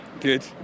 Good